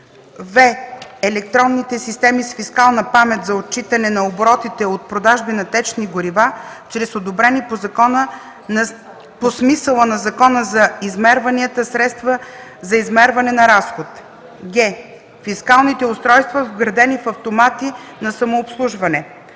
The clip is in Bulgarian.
в) електронните системи с фискална памет (ЕСФП) за отчитане на оборотите от продажби на течни горива чрез одобрени по смисъла на Закона за измерванията средства за измерване на разход; г) фискалните устройства, вградени в автомати на самообслужване